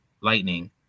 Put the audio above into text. lightning